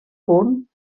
punt